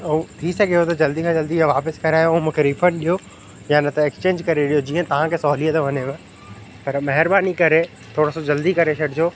अऊं थी सघेव त जल्दी खां जल्दी ईअं वापस करायो ऐं मुखे रीफंड ॾियो या न त एक्सचेज करे ॾियो जीअं तांखे सहुल्यत वञेव पर महिरबानी करे थोड़ो सो जल्दी करे छॾिजो